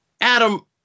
Adam